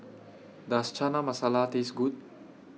Does Chana Masala Taste Good